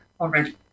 already